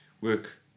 work